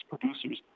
producers